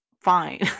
fine